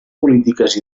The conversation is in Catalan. polítiques